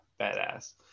Badass